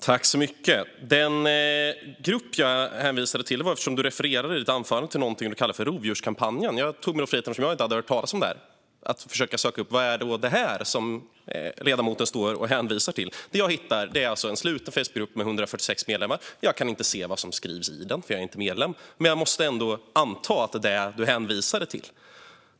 Herr talman! Jag hänvisade till denna grupp eftersom du, Rebecka Le Moine, i ditt anförande refererade till någonting som du kallade för Rovdjurskampanjen. Eftersom jag inte hade hört talas om den tog jag mig friheten att försöka ta reda på vad det är som ledamoten står och hänvisar till. Det som jag hittar är alltså en sluten Facebookgrupp med 146 medlemmar. Jag kan inte se vad som skrivs i den eftersom jag inte är medlem. Men jag måste ändå anta att det är den som du hänvisade till.